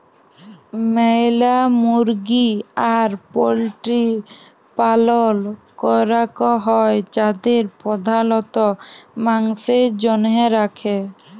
ম্যালা মুরগি আর পল্ট্রির পালল ক্যরাক হ্যয় যাদের প্রধালত মাংসের জনহে রাখে